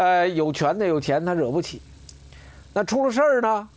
he not towards her at all